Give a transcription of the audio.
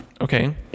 Okay